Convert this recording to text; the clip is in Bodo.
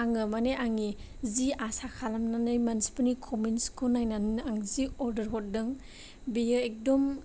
आङो माने आंनि जि आसा खालामनानै मानसिफोरनि कमेन्टसखौनो नायनानैनो आं जि अरदार हरदों बियो एकदम